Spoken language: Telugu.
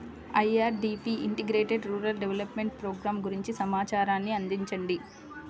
IRDP integrated rural development programme గురించి సమాచారాన్ని అందించండి?